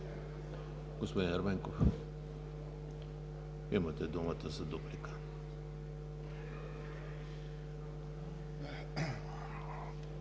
Господин Ерменков, имате думата за дуплика.